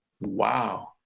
Wow